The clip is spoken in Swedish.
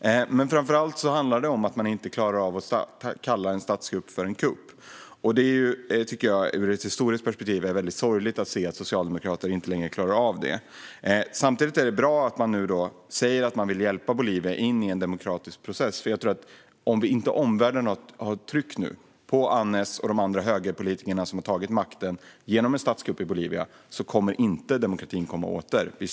Men framför allt handlar det om att man inte klarar av att kalla en statskupp för en kupp. Jag tycker att det ur ett historiskt perspektiv är sorgligt att se att socialdemokrater inte längre klarar av det. Samtidigt är det bra att man nu säger att man vill hjälpa Bolivia in i en demokratisk process. Om omvärlden inte nu sätter tryck på Áñez och de andra högerpolitiker som genom en statskupp har tagit makten i Bolivia tror jag inte att demokratin kommer att komma åter.